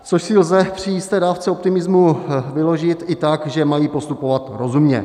Což si lze při jisté dávce optimismu vyložit i tak, že mají postupovat rozumně.